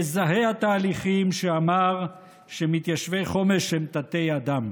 מזהה התהליכים, שאמר שמתיישבי חומש הם תתי-אדם.